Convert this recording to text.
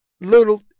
little